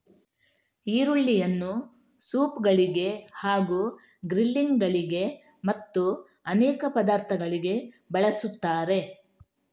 ಈರುಳ್ಳಿಯನ್ನು ಸೂಪ್ ಗಳಿಗೆ ಹಾಗೂ ಗ್ರಿಲ್ಲಿಂಗ್ ಗಳಿಗೆ ಮತ್ತು ಅನೇಕ ಪದಾರ್ಥಗಳಿಗೆ ಬಳಸುತ್ತಾರೆ